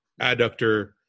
adductor